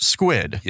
Squid